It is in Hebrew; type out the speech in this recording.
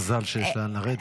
מזל שיש לאן לרדת.